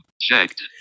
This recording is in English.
Checked